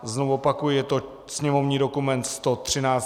Znovu opakuji, je to sněmovní dokument 113.